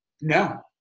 No